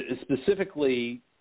specifically –